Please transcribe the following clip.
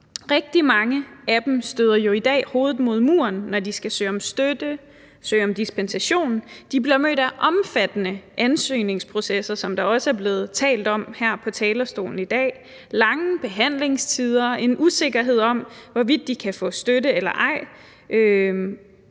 Rigtig mange af dem støder jo i dag panden mod muren, når de skal søge om støtte og dispensation. De bliver mødt af en omfattende ansøgningsproces – hvilket der også er blevet talt om her på talerstolen i dag – lange behandlingstider og en usikkerhed om, hvorvidt de kan få støtte eller ej,